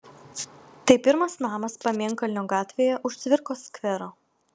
tai pirmas namas pamėnkalnio gatvėje už cvirkos skvero